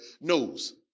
knows